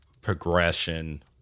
progression